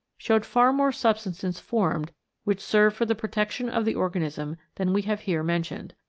showed far more substances formed which serve for the protection of the organism than we have here mentioned.